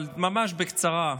אבל ממש בקצרה: